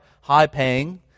high-paying